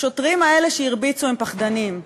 השוטרים האלה, שהרביצו, הם פחדנים,